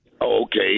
okay